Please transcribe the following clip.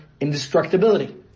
indestructibility